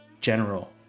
general